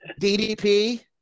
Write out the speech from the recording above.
DDP